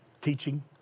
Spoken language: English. teaching